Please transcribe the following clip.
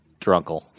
drunkle